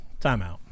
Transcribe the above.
Timeout